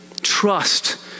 trust